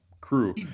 crew